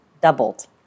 doubled